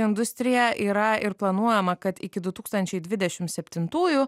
industrija yra ir planuojama kad iki du tūkstančiai dvidešim septintųjų